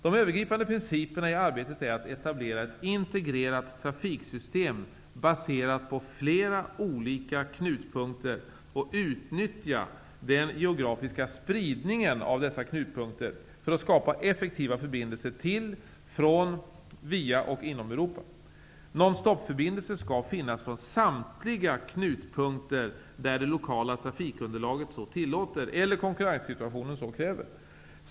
De övergripande principerna i arbetet är att etablera ett integrerat trafiksystem baserat på flera knutpunkter och utnyttja den geografiska spridningen av dessa knutpunkter för att skapa effektiva förbindelser till, från, via och inom Europa. Nonstopförbindelser skall finnas från samtliga knutpunkter där det lokala trafikunderlaget så tillåter eller konkurrenssituationen så kräver.